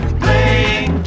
playing